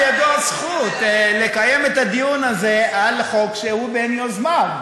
נפלה בידו הזכות לקיים את הדיון הזה על חוק שהוא בין יוזמיו.